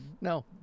No